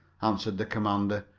answered the commander.